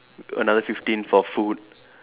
another fifteen for food